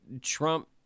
Trump